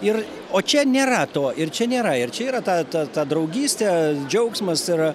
ir o čia nėra to ir čia nėra ir čia yra ta ta ta draugystė džiaugsmas yra